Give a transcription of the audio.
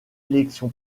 élection